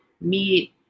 meet